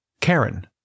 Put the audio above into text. Karen